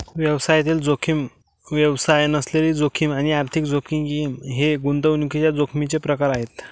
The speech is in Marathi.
व्यवसायातील जोखीम, व्यवसाय नसलेली जोखीम आणि आर्थिक जोखीम हे गुंतवणुकीच्या जोखमीचे प्रकार आहेत